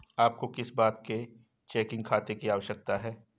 आपको किस प्रकार के चेकिंग खाते की आवश्यकता है?